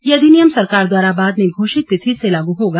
यह अधिनियम सरकार द्वारा बाद में घोषित तिथि से लागू होगा